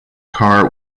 car